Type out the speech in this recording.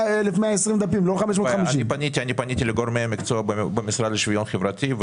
עמודים ולא 550. אני פניתי לגורמי המקצוע במשרד לשוויון חברתי.